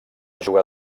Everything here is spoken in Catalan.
jugar